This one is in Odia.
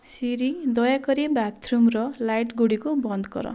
ସିରି ଦୟାକରି ବାଥ୍ରୁମ୍ର ଲାଇଟ୍ଗୁଡ଼ିକୁ ବନ୍ଦ କର